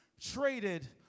traded